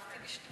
אז הלכתי לשתות.